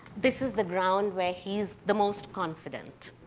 this is the ground where he's the most confident.